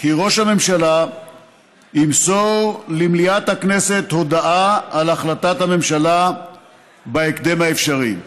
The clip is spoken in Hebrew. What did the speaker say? כי ראש הממשלה ימסור למליאת הכנסת הודעה על החלטת הממשלה בהקדם האפשרי.